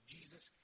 Jesus